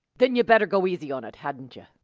then yuh better go easy on it, hadn't yuh?